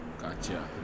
Gotcha